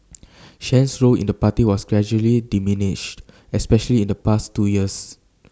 Chen's role in the party was gradually diminished especially in the past two years